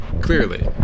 clearly